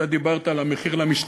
אתה דיברת על מחיר למשתכן.